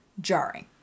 jarring